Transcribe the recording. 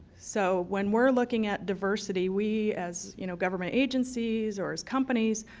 so when we're looking at diversity, we as you know government agencies or companies,